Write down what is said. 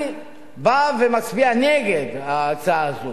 אני בא ומצביע נגד ההצעה הזו.